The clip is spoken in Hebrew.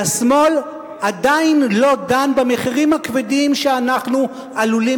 והשמאל עדיין לא דן במחירים הכבדים שאנחנו עלולים